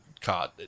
card